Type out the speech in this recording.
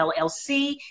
LLC